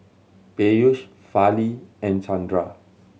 Peyush Fali and Chandra